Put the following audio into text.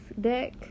deck